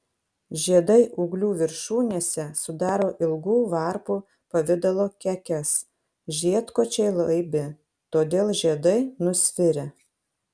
žiedai ūglių viršūnėse sudaro ilgų varpų pavidalo kekes žiedkočiai laibi todėl žiedai nusvirę